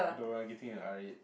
I don't want I'm getting a R-eight